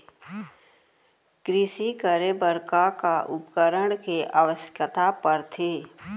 कृषि करे बर का का उपकरण के आवश्यकता परथे?